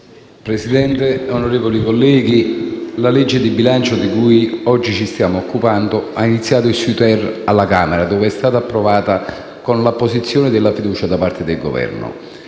Presidente, onorevoli colleghi, il disegno di legge di bilancio di cui oggi ci stiamo occupando ha iniziato il suo *iter* alla Camera, dove è stato approvato con l'apposizione della fiducia da parte del Governo,